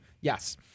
Yes